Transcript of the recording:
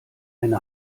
eine